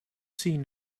seen